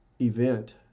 event